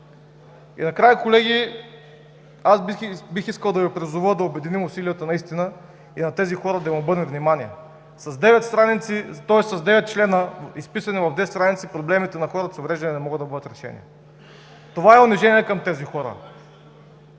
И накрая, колеги, бих искал да Ви призова да обединим усилията наистина и на тези хора да им обърнем внимание – с девет члена, изписани в две страници, проблемите на хората с увреждания не могат да бъдат решени. Това е унижение към тези хора!